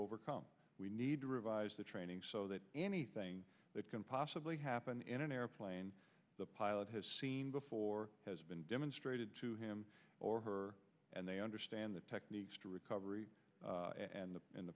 overcome we need to revise the training so that anything that can possibly happen in an airplane the pilot has seen before has been demonstrated to him or her and they understand the techniques to recovery and in the